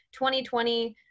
2020